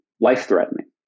life-threatening